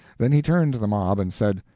then he turned to the mob and said,